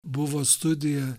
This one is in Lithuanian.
buvo studija